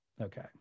Okay